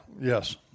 yes